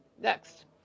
Next